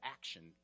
action